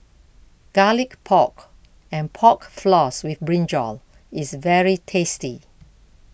Garlic Pork and Pork Floss with Brinjal is very tasty